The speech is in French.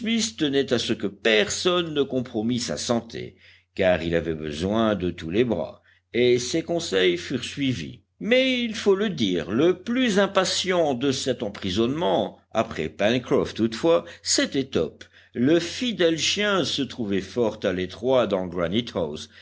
tenait à ce que personne ne compromît sa santé car il avait besoin de tous les bras et ses conseils furent suivis mais il faut le dire le plus impatient de cet emprisonnement après pencroff toutefois c'était top le fidèle chien se trouvait fort à l'étroit dans